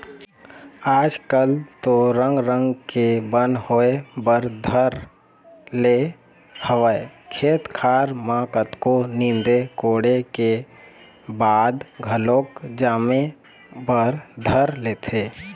आज कल तो रंग रंग के बन होय बर धर ले हवय खेत खार म कतको नींदे कोड़े के बाद घलोक जामे बर धर लेथे